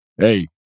hey